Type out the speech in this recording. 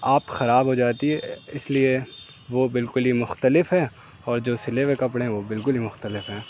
آت خراب ہو جاتی ہے اس لیے وہ بالکل ہی مختلف ہے اور جو سلے ہوئے کپڑے ہیں وہ بالکل ہی مختلف ہیں